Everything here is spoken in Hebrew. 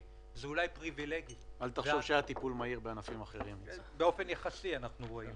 זה פשוט לא יאומן, תראה